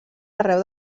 arreu